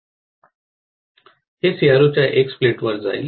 हे सीआरओच्या एक्स प्लेटवर जाईल